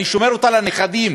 אני שומר אותה לנכדים,